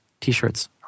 t-shirts